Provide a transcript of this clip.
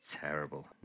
terrible